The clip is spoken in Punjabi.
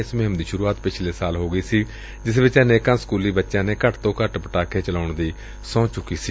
ਇਸ ਮੁਹਿੰਮ ਦੀ ਸੁਰੁਆਤ ਪਿਛਲੇ ਸਾਲ ਹੋਈ ਸੀ ਜਿਸ ਚ ਅਨੇਕਾਂ ਸਕੁਲੀ ਬੱਚਿਆਂ ਨੇ ਘੱਟ ਤੋਂ ਘੱਟ ਪਟਾਕੇ ਚਲਾਉਣ ਦੀ ਸਹੁੰ ਚੁੱਕੀ ਸੀ